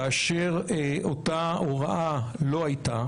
כאשר אותה הוראה לא הייתה,